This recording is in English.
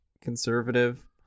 conservative